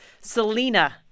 Selena